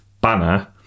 banner